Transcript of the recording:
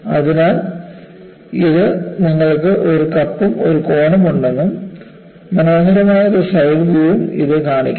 അതിനാൽ ഇത് നിങ്ങൾക്ക് ഒരു കപ്പും ഒരു കോണും ഉണ്ടെന്നും മനോഹരമായ ഒരു സൈഡ് വ്യൂ ഉം ഇത് കാണിക്കുന്നു